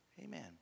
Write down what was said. Amen